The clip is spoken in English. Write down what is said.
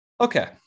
Okay